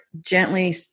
gently